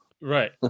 right